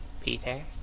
Peter